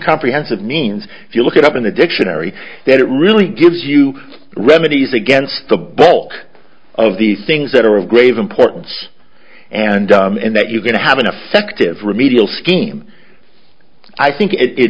comprehensive means if you look it up in the dictionary that it really gives you remedies against the bulk of the things that are of grave importance and and that you can have an effective remedial scheme i think it